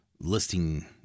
listing